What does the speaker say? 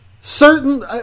certain –